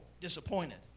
disappointed